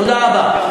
תודה רבה.